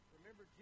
Remember